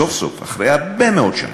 סוף-סוף אחרי הרבה מאוד שנים,